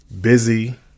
busy